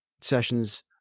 sessions